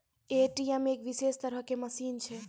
ATM एक विशेष तरहो के मशीन छै